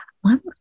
One